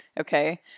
okay